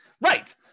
Right